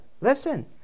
Listen